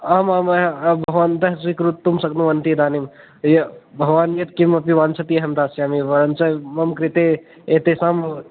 आम् आम् भवन्तः स्वीकर्तुं शक्नुवन्ति इदानीं य भव अन्यत् किमपि वाञ्चति अहं दास्यामि वाञ्च मम कृते एतेषां